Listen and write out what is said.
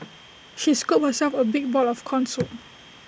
she scooped herself A big bowl of Corn Soup